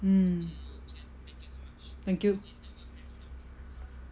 mm thank you